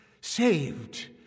Saved